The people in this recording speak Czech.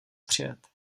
přijet